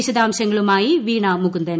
വിശദാംശങ്ങളുമായി വീണ മുകുന്ദൻ